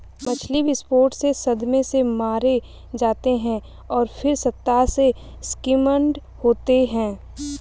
मछली विस्फोट से सदमे से मारे जाते हैं और फिर सतह से स्किम्ड होते हैं